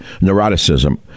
neuroticism